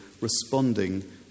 responding